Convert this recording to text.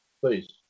Please